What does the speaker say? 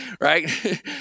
right